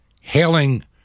hailing